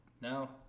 now